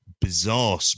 bizarre